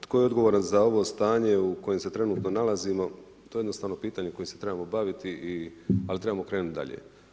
Tko je odgovoran za ovo stanje u kojem se trenutno nalazimo, to je jednostavno pitanje kojem se trebamo baviti, ali trebamo krenuti dalje.